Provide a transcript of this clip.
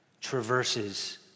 traverses